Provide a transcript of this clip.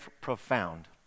profound